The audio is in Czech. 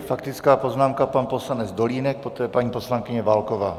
Faktická poznámka pan poslanec Dolínek, poté paní poslankyně Válková.